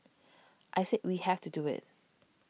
I said we have to do it